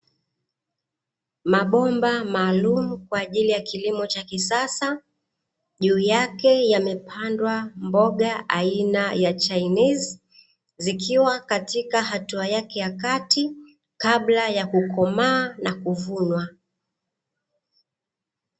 Mabomba maalumu kwa ajili ya kilimo cha kisasa juu yake yamepandwa mboga aina ya chainizi, zikiwa katika hatua yake ya kati kabla ya kukomaa na kuvunwa.